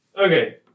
Okay